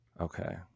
okay